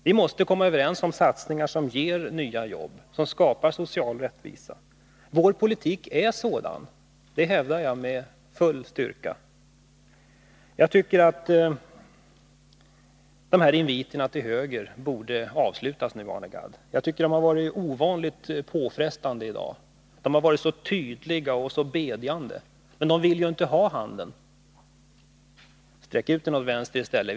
Vi måste komma överens om satsningar som ger nya jobb, som skapar social rättvisa — vår politik är sådan, det hävdar jag med full styrka. Jag tycker att de här inviterna till höger borde avslutas nu, Arne Gadd. Jag tycker att de har varit ovanligt påfrestande i dag. De har varit så tydliga och så bedjande. Men de vill ju inte ha handen. Sträck ut den åt vänster i stället!